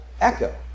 echo